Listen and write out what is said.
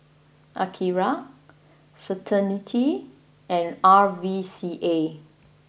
Akira Certainty and R V C A